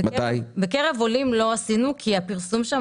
בקרב עולים לא עשינו כי הפרסום שם